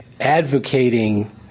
advocating